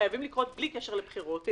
חייבים לקרות בלי קשר לבחירות.